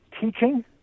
teaching